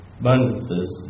abundances